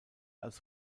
als